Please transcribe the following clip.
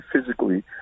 physically